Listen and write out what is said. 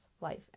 life